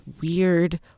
weird